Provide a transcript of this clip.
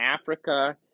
Africa